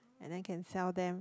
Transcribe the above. and then can sell them